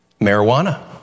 Marijuana